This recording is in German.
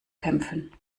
kämpfen